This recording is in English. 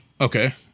Okay